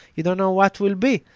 you don't know what will be.